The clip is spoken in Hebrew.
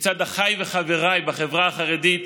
מצד אחיי וחבריי בחברה החרדית